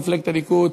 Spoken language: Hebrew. מפלגת הליכוד,